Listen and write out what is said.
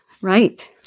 Right